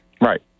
right